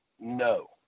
no